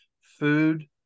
Food